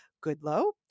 Goodlow